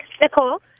Nicole